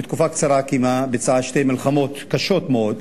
בתקופה קצרה היא קיימה שתי מלחמות קשות מאוד,